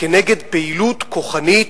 כנגד פעילות כוחנית,